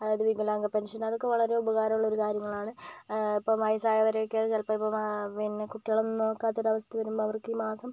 അതായത് വികലാംഗ പെൻഷൻ അതൊക്കെ വളരെ ഉപകാരമുള്ള ഒരു കാര്യങ്ങളാണ് ഇപ്പോൾ വയസ്സായവരെയൊക്കെ ചിലപ്പോൾ പിന്നെ കുട്ടികളൊന്നും നോക്കാത്ത ഒരു അവസ്ഥ വരുമ്പം അവർക്ക് മാസം